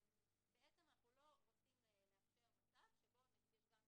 בעצם אנחנו לא רוצים לאפשר מצב שבו יש 10